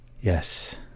Yes